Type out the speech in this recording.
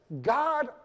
God